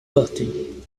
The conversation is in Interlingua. partir